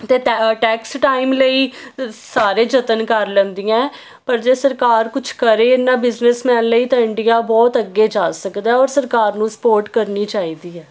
ਤੇ tax time ਲਈ ਸਾਰੇ ਯਤਨ ਕਰ ਲੈਂਦੀਆਂ ਪਰ ਜੇ ਸਰਕਾਰ ਕੁਝ ਕਰੇ ਇਹਨਾਂ ਬਿਜ਼ਨਸ ਮੈਨ ਲਈ ਤਾਂ ਇੰਡੀਆ ਬਹੁਤ ਅੱਗੇ ਜਾ ਸਕਦਾ ਔਰ ਸਰਕਾਰ ਨੂੰ ਸਪੋਰਟ ਕਰਨੀ ਐ